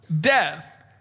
death